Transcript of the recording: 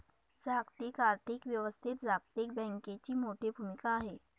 जागतिक आर्थिक व्यवस्थेत जागतिक बँकेची मोठी भूमिका आहे